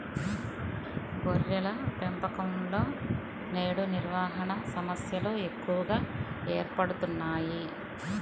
గొర్రెల పెంపకంలో నేడు నిర్వహణ సమస్యలు ఎక్కువగా ఏర్పడుతున్నాయి